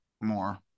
More